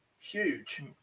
Huge